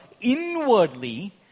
inwardly